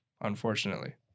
unfortunately